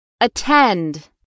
Attend